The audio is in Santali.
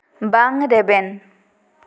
ᱵᱟᱝ ᱨᱮᱵᱮᱱ